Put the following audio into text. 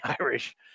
Irish